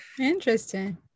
Interesting